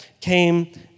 came